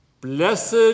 Blessed